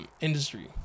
industry